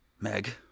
Meg